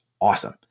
awesome